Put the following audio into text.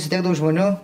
su tiek daug žmonių